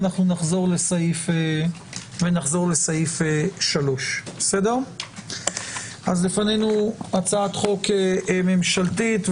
ונחזור לסעיף 3. לפנינו הצעת חוק ממשלתית,